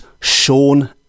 Sean